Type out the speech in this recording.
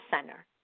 center